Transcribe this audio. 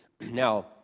Now